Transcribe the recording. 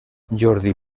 jordi